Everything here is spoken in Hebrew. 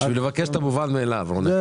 רונן, כדי לבקש את המובן מאליו.